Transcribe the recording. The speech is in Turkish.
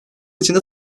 içinde